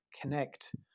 connect